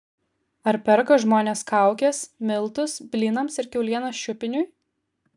ar perka žmonės kaukes miltus blynams ir kiaulieną šiupiniui